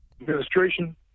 administration